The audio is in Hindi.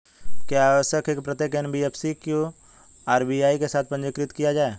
क्या यह आवश्यक है कि प्रत्येक एन.बी.एफ.सी को आर.बी.आई के साथ पंजीकृत किया जाए?